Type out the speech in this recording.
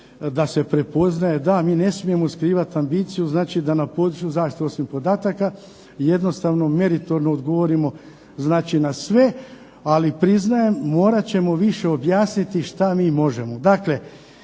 da se prepoznaje. DA, mi ne smijemo skrivati ambiciju da na području zaštite osobnih podataka jednostavno meritorno odgovorimo znači na sve ali priznajem morat ćemo više objasniti što mi možemo.